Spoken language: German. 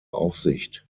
aufsicht